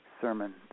sermon